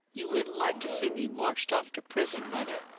you wouldn't like to see me marched off to prison, mother.